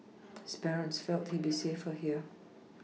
his parents felt he would be safer here